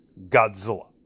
Godzilla